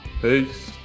Peace